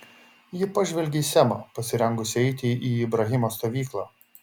ji pažvelgė į semą pasirengusį eiti į ibrahimo stovyklą